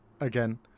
again